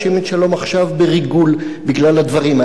"שלום עכשיו" בריגול בגלל הדברים האלה.